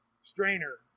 strainer